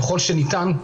ככל שניתן,